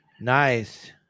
Nice